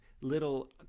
little